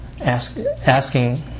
asking